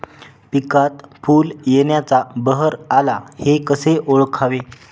पिकात फूल येण्याचा बहर आला हे कसे ओळखावे?